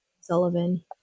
Sullivan